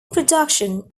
production